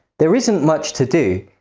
there isn't much to do,